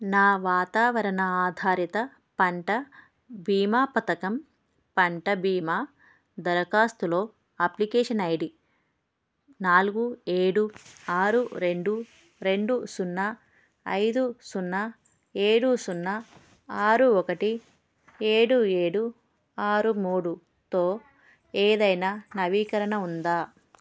నా వాతావరణ ఆధారిత పంట బీమా పథకం పంట బీమా దరఖాస్తులో అప్లికేషన్ ఐ డి నాలుగు ఏడు ఆరు రెండు రెండు సున్నా ఐదు సున్నా ఏడు సున్నా ఆరు ఒకటి ఏడు ఏడు ఆరు మూడుతో ఏదైనా నవీకరణ ఉందా